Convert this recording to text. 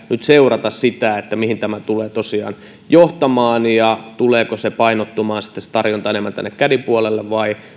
nyt seurata sitä mihin tämä tulee tosiaan johtamaan ja tuleeko se tarjonta sitten painottumaan enemmän tänne caddy puolelle vai